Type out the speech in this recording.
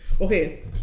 Okay